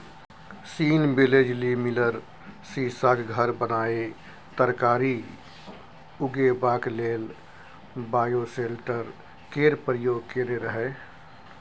scene बेलेजली मिलर सीशाक घर बनाए तरकारी उगेबाक लेल बायोसेल्टर केर प्रयोग केने रहय